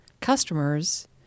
customers